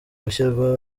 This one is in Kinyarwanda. gushyirwa